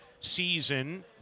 season